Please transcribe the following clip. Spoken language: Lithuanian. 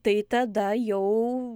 tai tada jau